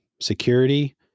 security